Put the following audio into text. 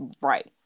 right